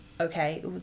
okay